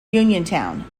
uniontown